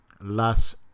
Las